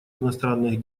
иностранных